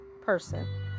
person